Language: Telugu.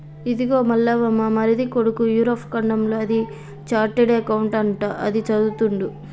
ఇదిగో మల్లవ్వ మా మరిది కొడుకు యూరప్ ఖండంలో అది చార్టెడ్ అకౌంట్ అంట అది చదువుతుండు